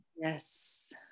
yes